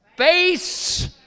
Face